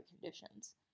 conditions